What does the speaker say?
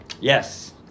Yes